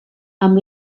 amb